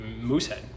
Moosehead